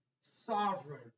sovereign